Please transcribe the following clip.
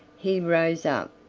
he rose up,